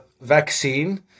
vaccine